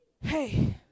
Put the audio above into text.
Hey